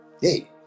Hey